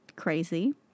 crazy